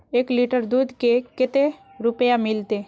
एक लीटर दूध के कते रुपया मिलते?